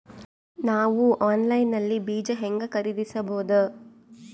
ನಾವು ಆನ್ಲೈನ್ ನಲ್ಲಿ ಬೀಜ ಹೆಂಗ ಖರೀದಿಸಬೋದ?